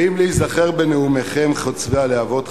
ואם להיזכר ניזכר בנאומיכם חוצבי הלהבות,